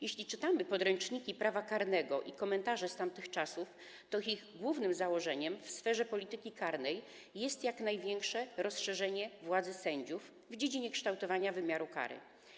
Jeśli czytamy podręczniki prawa karnego i komentarze z tamtych czasów, to widzimy, że ich głównym założeniem w sferze polityki karnej jest jak największe rozszerzenie władzy sędziów w dziedzinie kształtowania wymiaru kar.